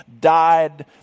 died